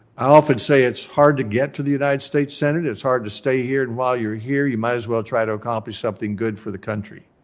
i often say it's hard to get to the united states senate. it's hard to stay here. and while you're here, you might as well try to accomplish something good for the country.